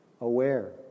aware